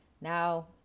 now